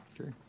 Okay